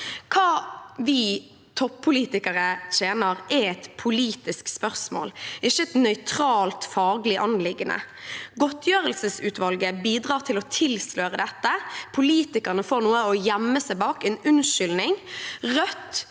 Hva vi toppolitikere tjener, er et politisk spørsmål, ikke et nøytralt faglig anliggende. Godtgjørelsesutvalget bidrar til å tilsløre dette. Politikerne får noe å gjemme seg bak, en unnskyldning. Rødt